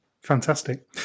Fantastic